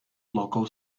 local